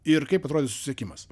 ir kaip atrodys susisiekimas